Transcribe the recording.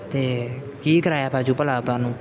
ਅਤੇ ਕੀ ਕਿਰਾਇਆ ਪੈ ਜਾਊ ਭਲਾ ਆਪਾਂ ਨੂੰ